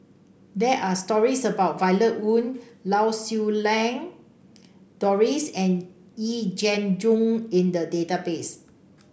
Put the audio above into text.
there are stories about Violet Oon Lau Siew Lang Doris and Yee Jenn Jong in the database